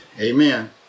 Amen